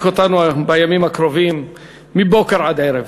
אותנו בימים הקרובים מבוקר עד ערב,